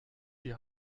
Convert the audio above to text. die